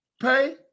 Pay